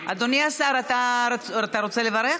אדוני השר, אתה רוצה לברך?